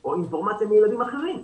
או אינפורמציה מילדים אחרים.